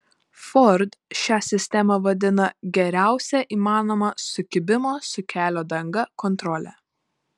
ford šią sistemą vadina geriausia įmanoma sukibimo su kelio danga kontrole